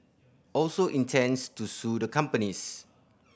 also intends to sue the companies